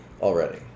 already